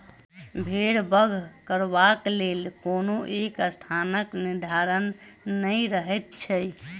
भेंड़ बध करबाक लेल कोनो एक स्थानक निर्धारण नै रहैत छै